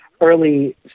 early